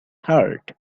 heart